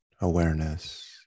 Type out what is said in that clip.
awareness